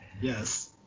Yes